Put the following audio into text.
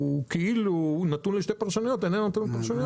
כלומר איך משנים את התוספת או איך מחליפים או מבטלים פרטים מסוימים.